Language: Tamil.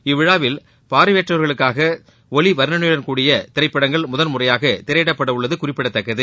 இவ்விழாவில் பார்வையற்றவர்களுக்காக ஒலி வர்ணனையுடன் கூடிய திரைப்படங்கள் முதன்முறையாக திரையிடப்பட உள்ளது குறிப்பிடத்தக்கது